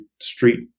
street